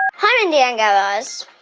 hi, mindy and guy raz.